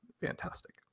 fantastic